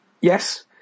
Yes